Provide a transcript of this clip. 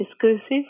discursive